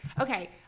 Okay